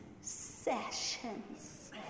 sessions